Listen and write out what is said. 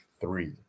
three